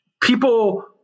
people